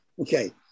Okay